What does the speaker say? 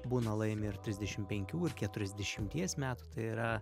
būna laimi ir trisdešim penkių ir keturiasdešimties metų tai yra